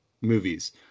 movies